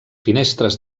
finestres